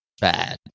bad